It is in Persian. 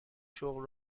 شغل